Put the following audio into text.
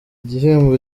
gihembo